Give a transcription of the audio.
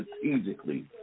strategically